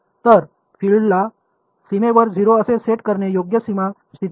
तर फिल्डला सीमेवर 0 असे सेट करणे योग्य सीमा स्थिती नाही